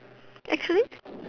actually